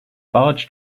barge